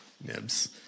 nibs